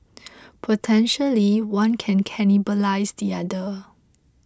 potentially one can cannibalise the other